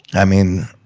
i mean,